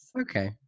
okay